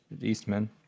eastman